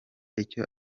icyo